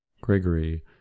Gregory